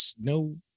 no